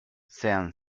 sean